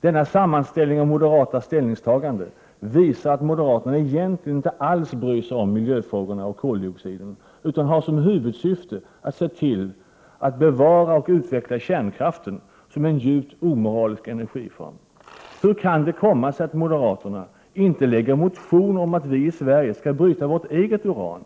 Denna sammanställning av moderata ställningstaganden visar att moderaterna egentligen inte alls bryr sig om miljöfrågorna och koldioxiden. Man har som huvudsyfte att se till att bevara och utveckla kärnkraften som är en djupt omoralisk energiform. Hur kan det komma sig att moderaterna inte avger en motion med förslag om att vi i Sverige skall bryta vårt eget uran?